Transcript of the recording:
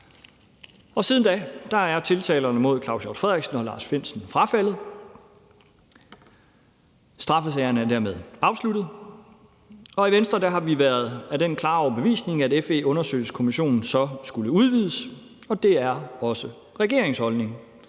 Siden da er tiltalerne mod Claus Hjort Frederiksen og Lars Findsen frafaldet, og straffesagerne er dermed afsluttet, og i Venstre har vi været af den klare overbevisning, at FE-undersøgelseskommissionen så skulle udvides. Det er også regeringens holdning,